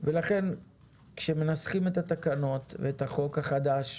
ולכן כשמנסחים את התקנות ואת החוק החדש,